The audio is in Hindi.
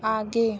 आगे